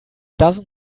dozen